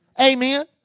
Amen